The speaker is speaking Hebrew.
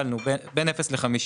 בין אפס ל-50